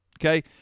Okay